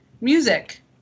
Music